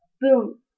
Boom